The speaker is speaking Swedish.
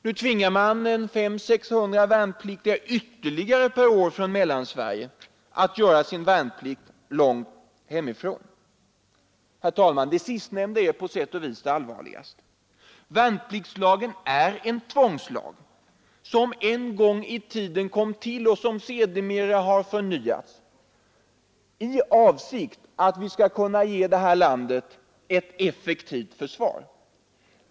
Nu tvingar man mellan 500 och 600 värnpliktiga ytterligare per år från Mellansverige att göra sin värnplikt långt från hemmet. Herr talman! Det sistnämnda är på sätt och vis det allvarligaste. Värnpliktslagen är en tvångslag som en gång kom till — och som sedermera har förnyats — i avsikt att vi skall kunna ge detta land ett effektivt försvar.